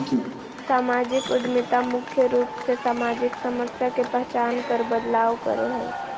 सामाजिक उद्यमिता मुख्य रूप से सामाजिक समस्या के पहचान कर बदलाव करो हय